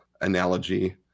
analogy